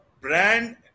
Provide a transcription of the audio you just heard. brand